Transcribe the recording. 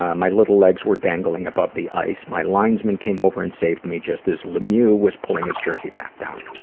ah my little legs were dangling above the ice. my linesman came over and saved me just as lemieux was pulling his jersey back down.